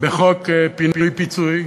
חוק פינוי-פיצוי,